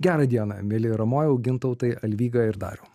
gerą dieną mielieji ramojau gintautai alvyga ir dariau